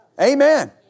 Amen